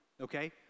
okay